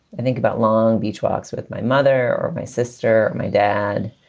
i think about long beach walks with my mother or my sister, my dad.